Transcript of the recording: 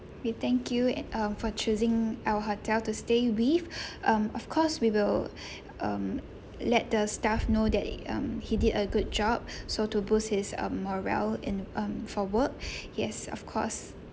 we thank you a~ um for choosing our hotel to stay with um of course we will um let the staff know that um he did a good job so to boost his um morale in um for work yes of course